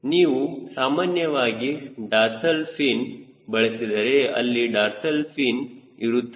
ನೀವು ಸಾಮಾನ್ಯವಾಗಿ dorsal fin ಬಳಸಿದರೆ ಅಲ್ಲಿ ಡಾರ್ಸಲ್ ಫಿನ್ ಇರುತ್ತದೆ